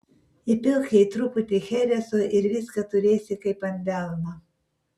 įpilk jai truputį chereso ir viską turėsi kaip ant delno